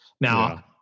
now